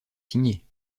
signer